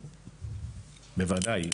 בוודאי.